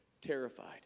terrified